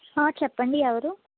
చెప్పండి ఎవరు